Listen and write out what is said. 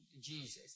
Jesus